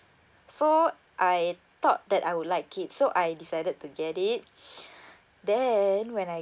so I thought that I would like it so I decided to get it then when I